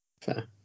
Fair